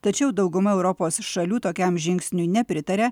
tačiau dauguma europos šalių tokiam žingsniui nepritaria